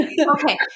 okay